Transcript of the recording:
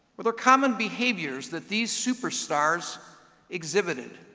were there common behaviors that these superstars exhibited?